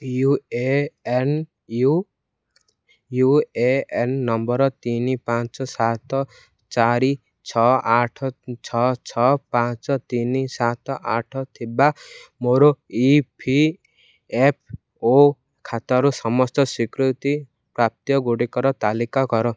U A N U A ଏ ଏନ୍ ନମ୍ବର୍ ତିନି ପାଞ୍ଚ ସାତ ଚାରି ଛଅ ଆଠ ଛଅ ଛଅ ପାଞ୍ଚ ତିନି ସାତ ଆଠ ଥିବା ମୋର ଇ ପି ଏଫ୍ ଓ ଖାତାରୁ ସମସ୍ତ ସ୍ଵୀକୃତ ପ୍ରାପ୍ୟଗୁଡ଼ିକର ତାଲିକା କର